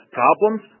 problems